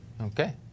Okay